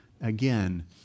again